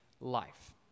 life